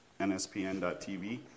NSPN.tv